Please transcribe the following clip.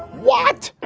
what?